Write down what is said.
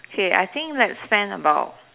K I think let's spend about